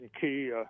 key